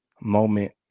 moment